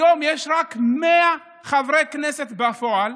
היום יש רק 100 חברי כנסת בפועל.